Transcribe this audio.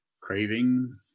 craving